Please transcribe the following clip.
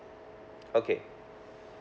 okay